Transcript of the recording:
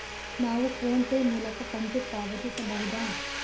ನಾವು PhonePe ಮೂಲಕ ಕಂತು ಪಾವತಿಸಬಹುದಾ?